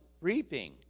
reaping